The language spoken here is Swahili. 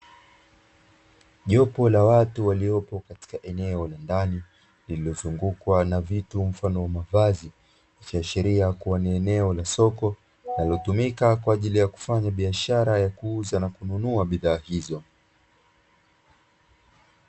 Jopo la watu waliopo katika eneo la ndani lililozungukwa na vitu mfano wa mavazi, ikiashiria kuwa ni eneo la soko linalotumika kwa ajili ya kufanya biashara ya kuuza na kununua bidhaa hizo.